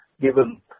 given